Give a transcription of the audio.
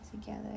together